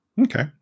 Okay